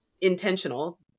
intentional